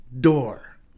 Door